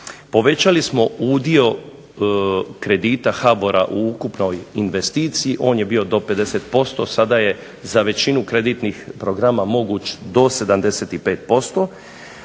Povećali smo udio kredita HBOR-a u ukupnoj investiciji. On je bio do 50%. Sada je za većinu kreditnih programa moguć do 75%,